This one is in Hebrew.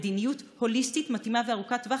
מדיניות הוליסטית מתאימה וארוכת טווח.